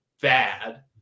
bad